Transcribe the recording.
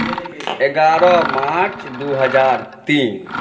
एगारह मार्च दू हजार तीन